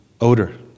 odor